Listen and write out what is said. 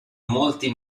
molti